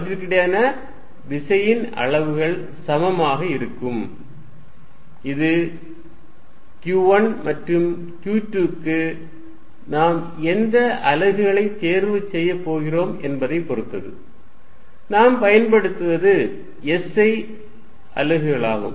அவற்றுக்கிடையேயான விசையின் அளவுகள் சமமாக இருக்கும் இது q1 மற்றும் q2 க்கு நாம் எந்த அலகுகளைத் தேர்வு செய்யப் போகிறோம் என்பதைப் பொறுத்தது நாம் பயன்படுத்துவது SI அலகுகளாகும்